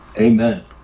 Amen